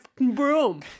broom